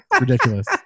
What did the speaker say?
ridiculous